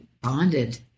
bonded